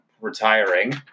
retiring